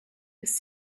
was